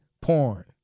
porn